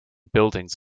buildings